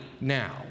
now